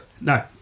No